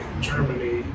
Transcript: Germany